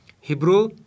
Hebrew